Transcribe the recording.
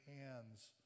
hands